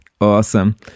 Awesome